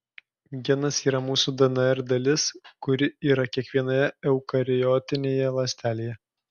genas yra mūsų dnr dalis kuri yra kiekvienoje eukariotinėje ląstelėje